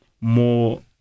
More